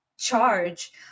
charge